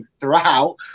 throughout